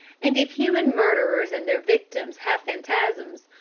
and if human murderers and their victims have phantasms,